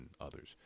others